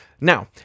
Now